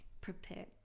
prepared